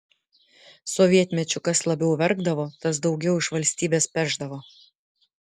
sovietmečiu kas labiau verkdavo tas daugiau iš valstybės pešdavo